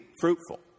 fruitful